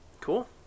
Cool